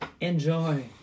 Enjoy